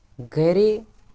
گرے